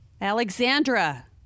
alexandra